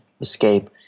escape